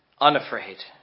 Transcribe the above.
unafraid